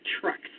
trucks